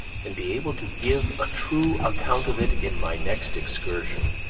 and be able to give a true account of it in my next excursion.